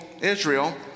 Israel